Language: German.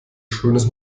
schönes